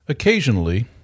Occasionally